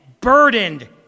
burdened